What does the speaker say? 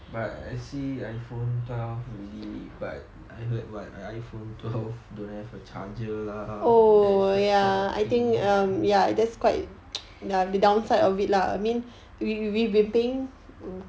but I see iphone twelve already but I heard what iphone twelve don't have charger lah